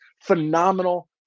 Phenomenal